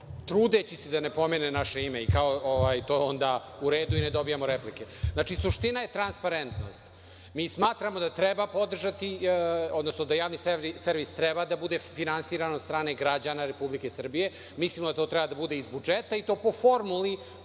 trudeći se da ne pomene naše ime, i kao to je onda u redu i ne dobijamo replike. Znači, suština je transparentnost. Mi smatramo da treba podržati, odnosno da javni servis treba da bude finansiran od strane građana Republike Srbije. Mislimo da to treba da bude iz budžeta i to po formuli